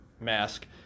mask